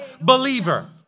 believer